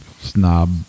snob